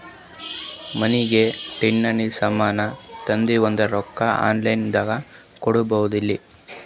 ಮನಿಗಿ ಕಿರಾಣಿ ಸಾಮಾನ ತಂದಿವಂದ್ರ ರೊಕ್ಕ ಆನ್ ಲೈನ್ ದಾಗ ಕೊಡ್ಬೋದಲ್ರಿ?